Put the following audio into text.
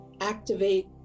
activate